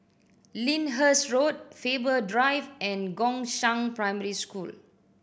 Lyndhurst Road Faber Drive and Gongshang Primary School